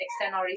external